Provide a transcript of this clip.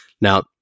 Now